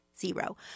zero